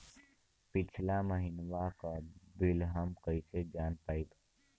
पिछला महिनवा क बिल हम कईसे जान पाइब?